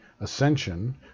ascension